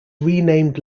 renamed